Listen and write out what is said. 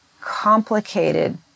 complicated